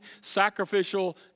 sacrificial